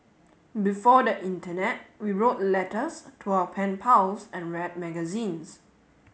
before the internet we wrote letters to our pen pals and read magazines